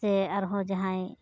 ᱥᱮ ᱟᱨᱦᱚᱸ ᱡᱟᱦᱟᱸᱭ